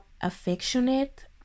affectionate